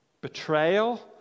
betrayal